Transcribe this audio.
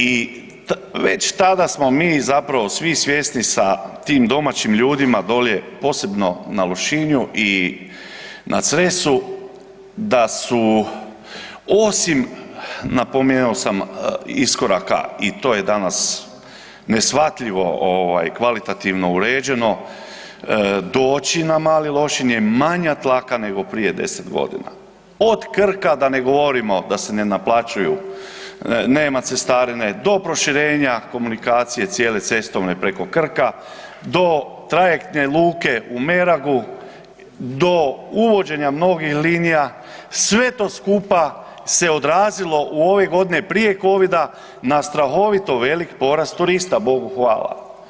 I već tada smo mi zapravo svi svjesni sa tim domaćim ljudima dolje, posebno na Lošinju i na Cresu da su osim napominjao sam iskoraka i to je danas neshvatljivo kvalitativno uređeno, doći na Mali Lošinj je manja tlaka nego prije deset dogina, od Krka da ne govorimo da se naplaćuju, nema cestarine do proširenja komunikacije cijele cestovne preko Krka, do trajektne luke u Meragu, do uvođenja mnogih linija sve to skupa se odrazilo u ove godine prije covida na strahovito velik porast turista, Bogu hvala.